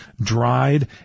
dried